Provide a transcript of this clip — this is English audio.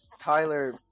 Tyler